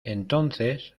entonces